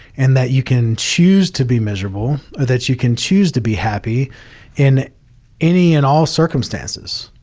and that you can choose to be miserable or that you can choose to be happy in any and all circumstances.